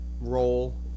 role